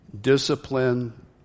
Discipline